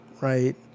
Right